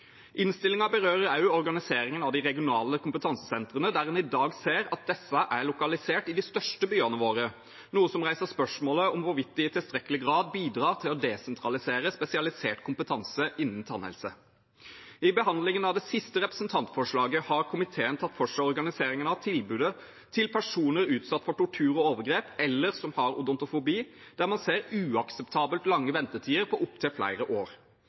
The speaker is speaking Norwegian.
berører også organiseringen av de regionale kompetansesentrene, der en i dag ser at disse er lokalisert i de største byene våre, noe som reiser spørsmålet om hvorvidt det i tilstrekkelig grad bidrar til å desentralisere spesialisert kompetanse innen tannhelse. I behandlingen av det siste representantforslaget har komiteen tatt for seg organiseringen av tilbudet til personer utsatt for tortur og overgrep eller som har odontofobi, der man ser uakseptabelt lange ventetider på opptil flere år.